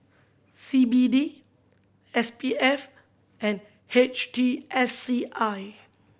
C B D S P F and H T S C I